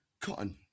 Cotton